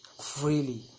freely